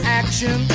action